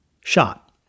Shot